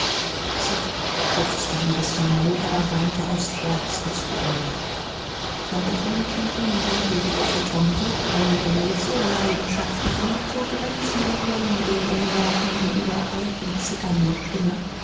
sid schluchzte ein bißchen mary aber weinte aus herzensgrund tante polly kniete nieder und betete für tom so eindringlich so leidenschaftlich und mit so grenzenloser liebe in ihren worten und ihrer alten zitternden stimme